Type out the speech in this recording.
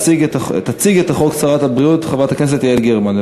תציג את החוק שרת הבריאות, חברת הכנסת יעל גרמן.